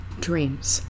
dreams